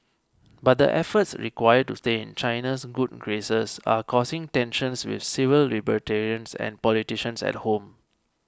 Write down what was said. but the efforts required to stay in China's good graces are causing tensions with civil libertarians and politicians at home